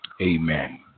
Amen